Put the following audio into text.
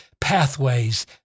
pathways